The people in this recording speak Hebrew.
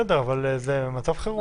בסדר, אבל זה מצב חירום.